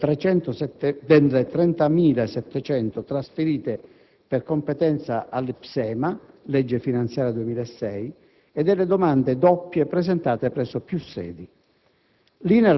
delle 30.700 trasferite per competenza all'IPSEMA (legge finanziaria 2006) e delle domande doppie presentate presso più Sedi.